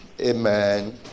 Amen